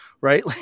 Right